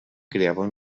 creava